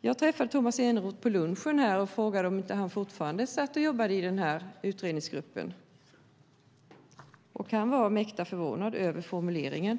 Jag träffade Tomas Eneroth på lunchen och frågade om han inte fortfarande jobbade i utredningsgruppen, och han blev mäkta förvånad över formuleringen.